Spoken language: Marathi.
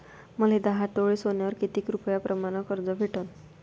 मले दहा तोळे सोन्यावर कितीक रुपया प्रमाण कर्ज भेटन?